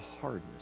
hardness